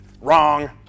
Wrong